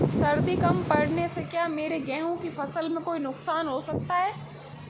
सर्दी कम पड़ने से क्या मेरे गेहूँ की फसल में कोई नुकसान हो सकता है?